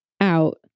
out